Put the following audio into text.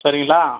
சரிங்களா